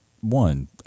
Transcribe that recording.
one